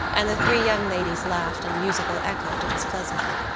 and the three young ladies laughed in musical echo to his pleasantry,